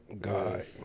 God